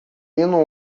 menino